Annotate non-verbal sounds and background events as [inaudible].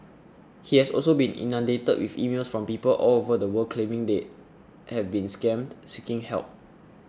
[noise] he has also been inundated with emails from people all over the world claiming they have been scammed seeking help